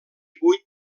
vuit